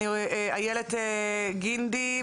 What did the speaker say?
איילת גינדי,